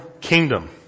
kingdom